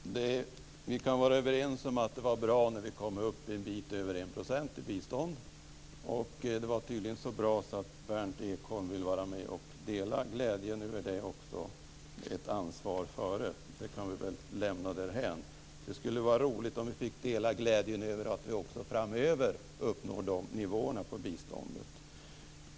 Fru talman! Vi kan vara överens om att det var bra när vi kom upp en bit över 1 % i biståndet. Tydligen var det så bra att Berndt Ekholm vill vara med och dela inte bara glädjen utan också ansvaret för detta. Det kan vi väl lämna därhän. Det skulle vara roligt om vi fick dela glädjen över att också framöver uppnå dessa nivåer i biståndet.